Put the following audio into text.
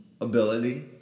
Ability